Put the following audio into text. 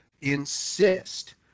insist